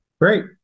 Great